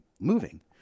moving